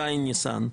ז' ניסן.